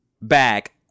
back